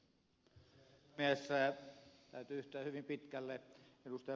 täytyy yhtyä hyvin pitkälle ed